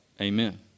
Amen